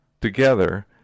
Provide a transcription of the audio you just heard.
together